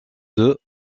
deux